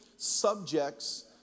subjects